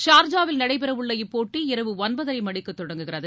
ஷார்ஜாவில் நடைபெறவுள்ள இப்போட்டி இரவு ஒன்பதரை மணிக்கு தொடங்குகிறது